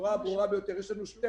בצורה הברורה ביותר יש לנו שתי